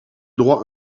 droit